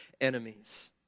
enemies